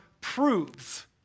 proves